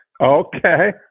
Okay